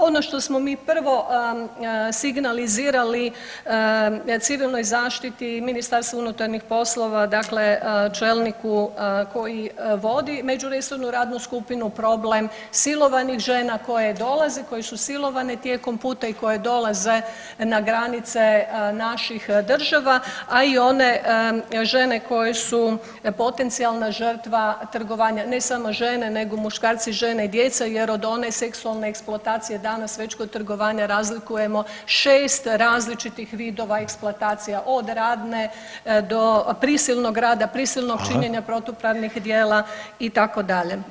Ono što smo mi prvo signalizirali Civilnoj zaštiti i MUP-u dakle čelniku koji vodi međuresornu radnu skupinu, problem silovanih žena koje dolaze, koje su silovane tijekom puta i koje dolaze na granice naših država, a i one žene koje su potencijalna žrtva trgovanja, ne samo žene nego muškarci, žene i djeca jer od one seksualne eksploatacije danas već kod trgovanja razlikujemo 6 različitih vidova eksploatacija od radne do prisilnog rada, prisilnog činjenja [[Upadica: Hvala.]] protupravnih dijela itd.